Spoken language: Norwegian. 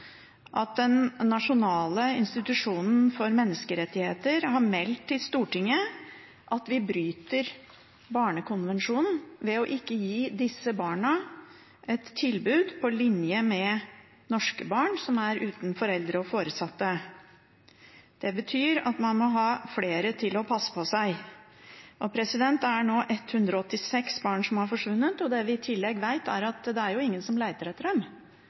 at den nasjonale institusjonen for menneskerettigheter har meldt til Stortinget at vi bryter barnekonvensjonen ved ikke å gi disse barna et tilbud på linje med det norske barn som er uten foreldre og foresatte, har. Det betyr at man må ha flere til å passe på seg. Det er nå 186 barn som har forsvunnet, og det vi i tillegg vet, er at ingen leter etter dem når de blir borte. Vil statsråden sørge for at man gir et